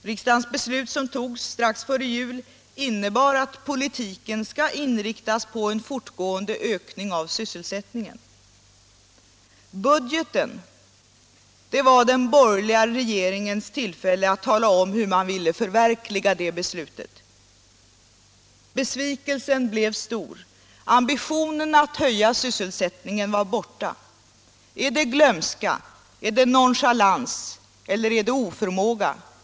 Riksdagens beslut, som togs strax före jul, innebar att politiken skall inriktas på en fortgående ökning av sysselsättningen. Budgeten var den borgerliga regeringens tillfälle att tala om hur man ville förverkliga det beslutet. Besvikelsen blev stor. Ambitionen att höja sysselsättningen var borta. Är det glömska, är det nonchalans eller är det oförmåga?